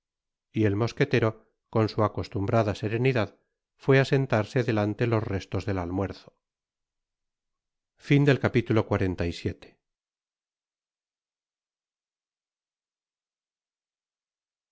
t el mosquetero con su acostumbrada serenidad fué á sentarse delante los restos del almuerzo